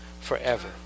forever